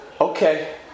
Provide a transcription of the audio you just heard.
okay